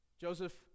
Joseph